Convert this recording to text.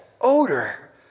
odor